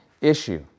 issue